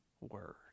word